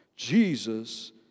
Jesus